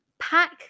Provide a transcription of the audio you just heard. pack